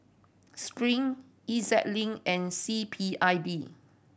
Spring E Z Link and C P I B